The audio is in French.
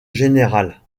général